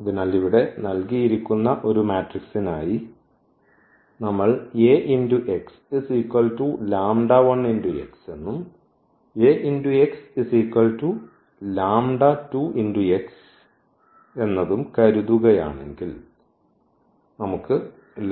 അതിനാൽ ഇവിടെ നൽകിയിരിക്കുന്ന ഒരു മാട്രിക്സിനായി നമ്മൾ എന്നത് കരുതുകയാണെങ്കിൽ since